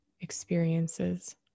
experiences